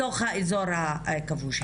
בתוך האיזור הכבוש.